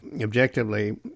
objectively